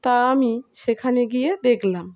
তা আমি সেখানে গিয়ে দেখলাম